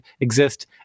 exist